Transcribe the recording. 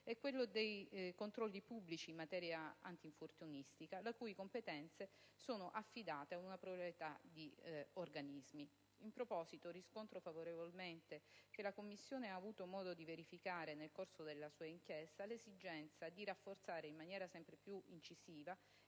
è quello dei controlli pubblici in materia antinfortunistica, le cui competenze sono affidate ad una pluralità di organismi. In proposito, riscontro favorevolmente che la Commissione ha avuto modo di verificare, nel corso della sua inchiesta, l'esigenza di rafforzare in maniera sempre più incisiva